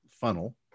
funnel